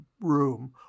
room